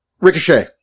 Ricochet